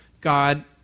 God